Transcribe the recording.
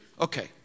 okay